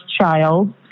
child